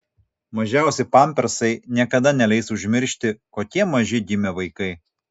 mažiausi pampersai niekada neleis užmiršti kokie maži gimė vaikai